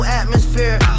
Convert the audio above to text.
atmosphere